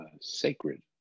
sacred